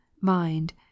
mind